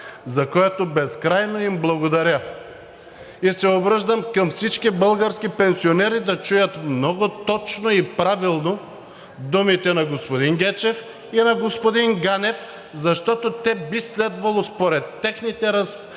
за което безкрайно им благодаря. И се обръщам към всички български пенсионери – да чуят много точно и правилно думите на господин Гечев и на господин Ганев, защото те би следвало според техните разбирания